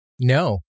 no